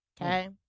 okay